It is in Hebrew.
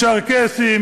צ'רקסים,